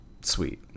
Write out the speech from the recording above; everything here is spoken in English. sweet